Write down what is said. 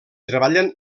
treballen